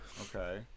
Okay